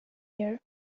here